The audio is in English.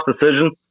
decision